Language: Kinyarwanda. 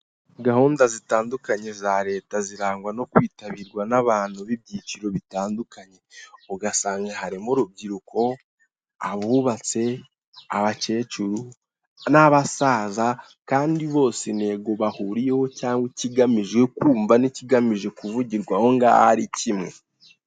Gahunda zitandukanye za leta zirangwa no kwitabirwa n'abantu b'ibyiciro bitandukanye, ugasanga harimo urubyiruko, abubatse abakecuru n'abasaza, kandi bose intego bahuriyeho cyangwa ikigamije kumva, n'ikigamije kuvugirwa aho ngaho ari kimwe.